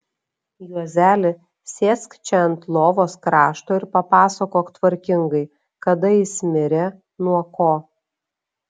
juozeli sėsk čia ant lovos krašto ir papasakok tvarkingai kada jis mirė nuo ko